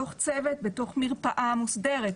בתוך מרפאה מוסדרת,